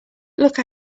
look